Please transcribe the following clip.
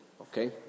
Okay